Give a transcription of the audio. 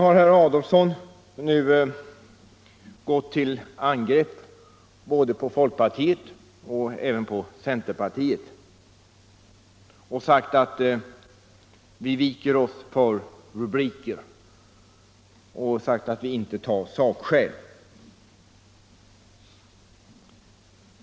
Herr Adolfsson har gått till angrepp mot både folkpartiet och cen Nr 41 terpartiet och sagt att vi viker oss för rubrikerna och att vi inte tar sakskäl.